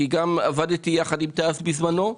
כי גם עבדתי יחד עם תע"ש בזמנו.